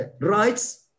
rights